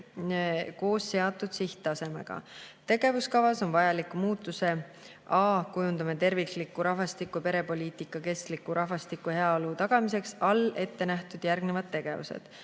koos seatud sihttasemega. Tegevuskavas on vajaliku muutuse "A. Kujundame tervikliku rahvastiku‑ ja perepoliitika kestliku rahvastiku ja heaolu tagamiseks" all ette nähtud järgnevad tegevused.